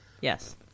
Yes